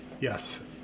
Yes